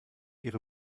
ihre